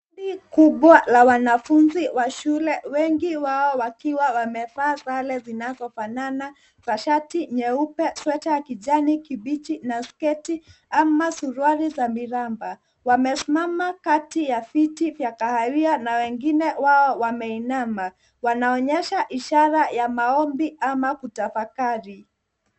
Kundi kubwa la wanafunzi wa shule, wengi wao wakiwa wamevaa sare zinazofanana, shati nyeupe, sweta kijani kibichi na sketi ama suruali za miraba. Wamesimama kati ya viti vya kahawia na wengine wao wameinama. Wanaonyesha ishara ya maombi ama kutafakari.